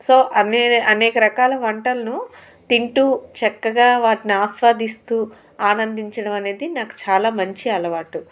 so అనే అనేక రకాల వంటలను తింటూ చక్కగా వాటిని ఆస్వాదిస్తూ ఆనందించడం అనేది నాకు చాలా మంచి అలవాటు